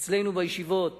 אצלנו בישיבות